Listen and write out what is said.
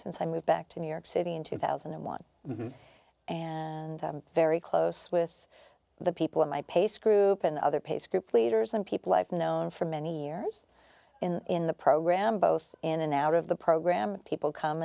since i moved back to new york city in two thousand and one and i'm very close with the people at my pace group and other pace group leaders and people i've known for many years in the program both in and out of the program people come